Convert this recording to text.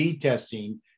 testing